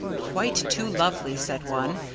quite too lovely! said one.